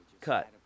Cut